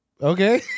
okay